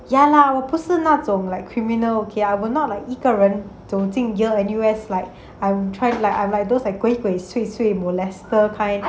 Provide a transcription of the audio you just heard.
ya lah 我不是那种 like criminal okay I will not like 一个人走进 yale N_U_S like I'm trying like I'm like those like 鬼鬼祟祟 molester kind